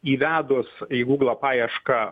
įvedus į guglo paiešką